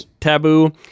Taboo